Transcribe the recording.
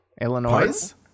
Illinois